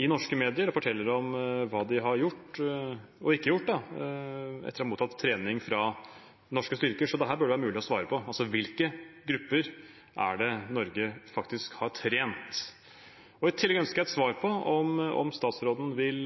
i norske medier og forteller om hva de har gjort – og ikke gjort – etter å ha mottatt trening fra norske styrker. Så dette bør det være mulig å svare på. Altså: Hvilke grupper er det Norge faktisk har trent? I tillegg ønsker jeg et svar på om statsråden vil